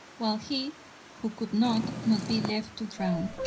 while he who could not, must be left to drown.